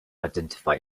identify